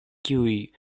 kiuj